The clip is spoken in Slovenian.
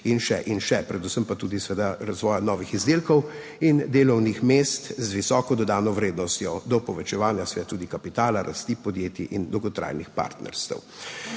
in še in še, predvsem pa tudi seveda razvoj novih izdelkov in delovnih mest z visoko dodano vrednostjo, do povečevanja tudi kapitala, rasti podjetij in dolgotrajnih partnerstev.